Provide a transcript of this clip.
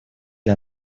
для